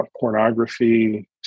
pornography